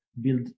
build